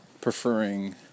preferring